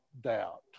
doubt